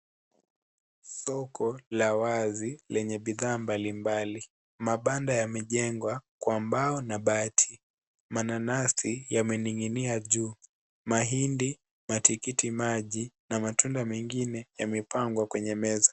Soko la wazi lenye bidhaa mbalimbali, mabanda yamejengwa kwa mbao na bati, mananasi yamening'inia juu, mahindi na tikitikimaji na matunda mengine yamepangwa kwenye meza.